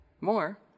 more